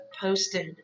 posted